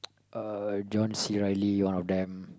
uh John-C-Reilly one of them